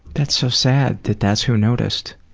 that's so sad that that's who noticed